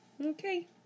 Okay